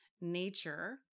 nature